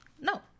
No